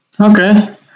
Okay